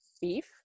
beef